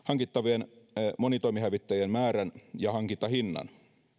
hankittavien monitoimihävittäjien määrän ja hankintahinnan